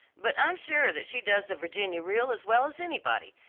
but i'm sure that she does the virginia reel as well as anybody,